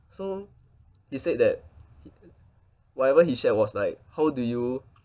so he said that he whatever he shared was like how do you